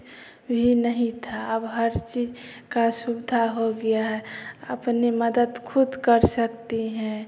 भी नहीं था अब चीज़ का सुविधा हो गया है अपनी मदद खुद कर सकते हैं